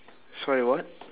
sorry what